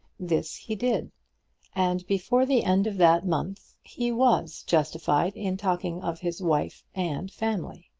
this he did and before the end of that month he was justified in talking of his wife and family.